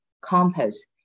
compost